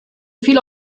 viel